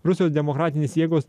rusijos demokratinės jėgos